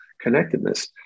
connectedness